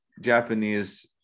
Japanese